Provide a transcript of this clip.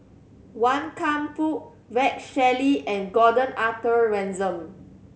Wan Kam Fook Rex Shelley and Gordon Arthur Ransome